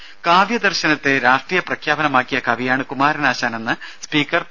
രുര കാവ്യ ദർശനത്തെ രാഷ്ട്രീയ പ്രഖ്യാപനമാക്കിയ കവിയാണ് കുമാരനാശാനെന്ന് സ്പീക്കർ പി